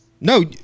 No